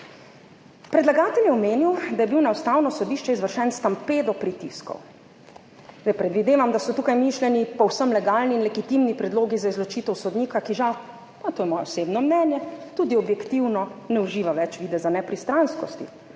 Predlagatelj je omenil, da je bil na Ustavno sodišče izvršen stampedo pritiskov. Predvidevam, da so tukaj mišljeni povsem legalni in legitimni predlogi za izločitev sodnika, ki žal, pa to je moje osebno mnenje, tudi objektivno ne uživa več videza nepristranskosti.